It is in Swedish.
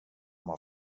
har